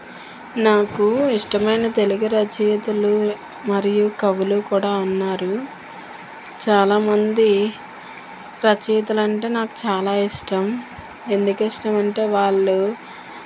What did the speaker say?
నాకు ఇష్టమైన తెలుగు రచయితలు మరియు కవులు కూడా ఉన్నారు చాలా మంది రచయితలు అంటే నాకు చాలా ఇష్టం ఎందుకు ఇష్టమంటే వాళ్ళు